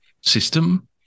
system